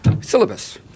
syllabus